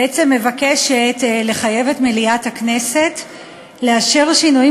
בעצם מבקשת לחייב את מליאת הכנסת לאשר שינויים